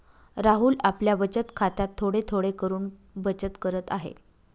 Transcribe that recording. राहुल आपल्या बचत खात्यात थोडे थोडे करून बचत करत आहे